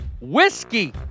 WHISKEY